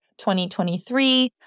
2023